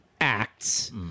acts